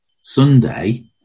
Sunday